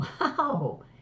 Wow